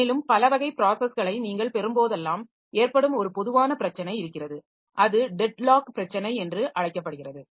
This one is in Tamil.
மேலும் பலவகை ப்ராஸஸ்களை நீங்கள் பெறும்போதெல்லாம் ஏற்படும் ஒரு பொதுவான பிரச்சனை இருக்கிறது அது டெட் லாக் பிரச்சனை என்று அழைக்கப்படுகிறது